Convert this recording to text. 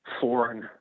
foreign